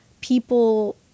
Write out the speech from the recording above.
people